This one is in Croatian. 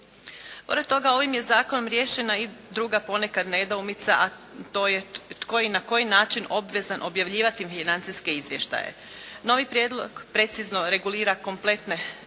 Pored toga, ovim je Zakonom riješena i druga ponekad nedoumica, a to je tko i na koji način obvezan objavljivati financijske izvještaje. Novi prijedlog precizno regulira kompletan